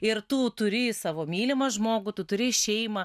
ir tu turi savo mylimą žmogų tu turi išėjimą